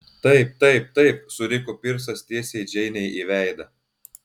taip taip taip suriko pirsas tiesiai džeinei į veidą